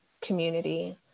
community